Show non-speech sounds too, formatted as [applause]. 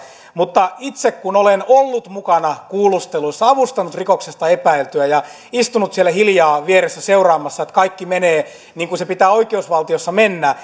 mutta itse kun olen ollut mukana kuulusteluissa avustanut rikoksesta epäiltyä ja istunut siellä hiljaa vieressä seuraamassa että kaikki menee niin kuin pitää oikeusvaltiossa mennä [unintelligible]